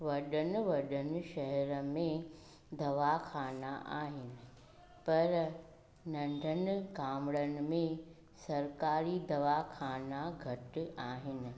वॾनि वॾनि शहरनि में दवाख़ाना आहिनि पर नंढनि गांमणनि में सरकारी दवाख़ाना घटि आहिनि